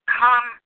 come